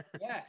yes